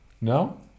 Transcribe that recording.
No